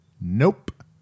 Nope